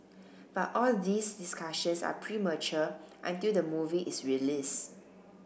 but all these discussions are premature until the movie is released